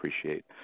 appreciate